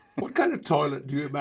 what kind of toilet do but